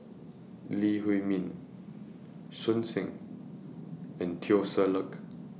Lee Huei Min So Heng and Teo Ser Luck